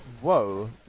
whoa